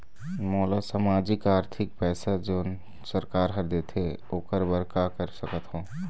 मोला सामाजिक आरथिक पैसा जोन सरकार हर देथे ओकर बर का कर सकत हो?